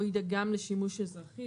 או ידאג גם לשימוש אזרחי,